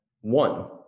one